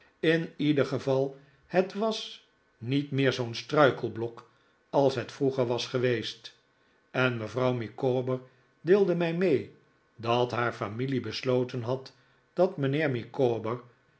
in ieder geval het was niet meer zoo'n struikelblok als het vroeger was geweest en mevrouw micawber deelde mij mee dat haar familie besloten had dat mijnheer